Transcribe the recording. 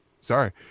Sorry